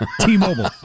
T-Mobile